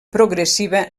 progressiva